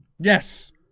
Yes